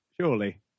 Surely